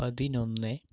പതിനൊന്ന്